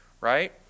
right